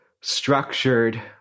structured